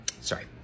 sorry